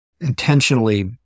intentionally